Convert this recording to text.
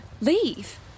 Leave